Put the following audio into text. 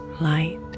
light